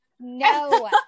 No